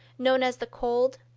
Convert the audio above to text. known as the cold,